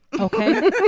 Okay